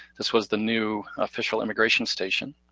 this was the new, official immigration station.